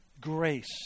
grace